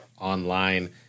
online